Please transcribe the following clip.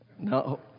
No